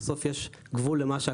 בסוף יש גבול למה שיכולים לשאת.